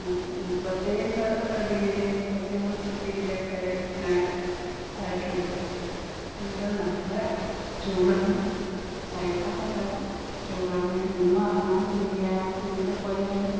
മുപ്പത്തി ഏഴ് ഡിഗ്രിയും മുപ്പത്തി മൂന്ന് ഡിഗ്രിയുമൊക്കെ ആയിട്ടുണ്ട് എന്നാലും നല്ല ചൂടാണ് സഹിക്കാൻ പറ്റാത്ത ചൂടാണ് എങ്ങും ഇറങ്ങാനും വയ്യ എവിടെ പോയാലും